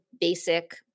basic